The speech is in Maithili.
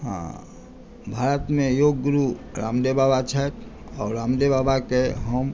हँ भारतमे योगगुरु रामदेव बाबा छथि आ रामदेव बाबाक हम